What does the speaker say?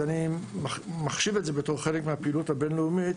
ואני מחשיב את זה כחלק מהפעילות הבינלאומית,